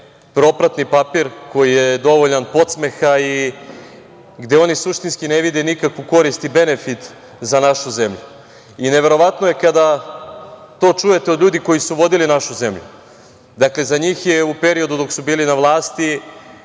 propratni papir koji je dovoljan podsmeha i gde oni suštinski ne vide nikakvu korist i benefit za našu zemlju. Neverovatno je kada to čujete od ljudi koji su vodili našu zemlju. Dakle, za njih je u periodu od su bili na vlasti